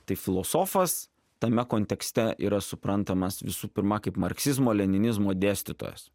tai filosofas tame kontekste yra suprantamas visų pirma kaip marksizmo leninizmo dėstytojas